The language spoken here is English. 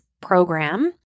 program